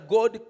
God